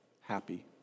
happy